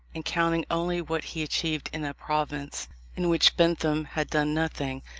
and counting only what he achieved in a province in which bentham had done nothing,